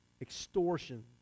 extortion